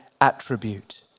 attribute